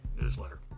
newsletter